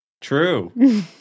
true